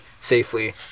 safely